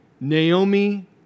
Naomi